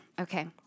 Okay